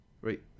right